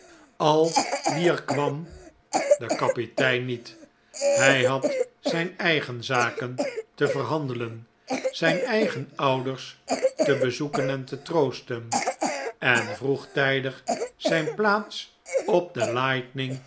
al wie er kwam de kapitein niet hij had zijn eigen zaken te verhandelen zijn eigen ouders te bezoeken en te troosten en vroegtijdig zijn plaats op de